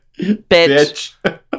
Bitch